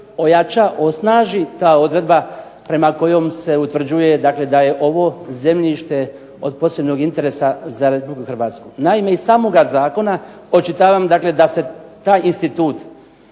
ojača, osnaži ta odredba prema kojoj se utvrđuje da je ovo zemljište od posebnog interesa za Republiku Hrvatsku. Naime, iz samoga zakona očitavam da se taj institut